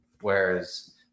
whereas